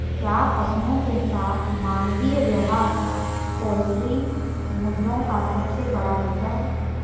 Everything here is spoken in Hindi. क्या पशुओं के साथ मानवीय व्यवहार पोल्ट्री मुद्दों का सबसे बड़ा मुद्दा है?